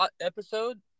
episode